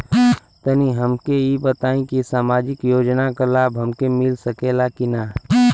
तनि हमके इ बताईं की सामाजिक योजना क लाभ हमके मिल सकेला की ना?